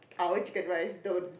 our chicken rice don't